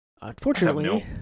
Unfortunately